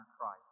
Christ